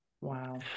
Wow